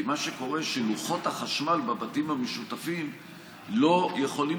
כי מה שקורה הוא שלוחות החשמל בבתים המשותפים לא יכולים